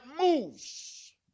moves